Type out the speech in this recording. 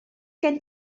gen